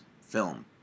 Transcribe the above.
film